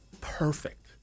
Perfect